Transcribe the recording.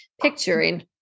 picturing